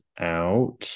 out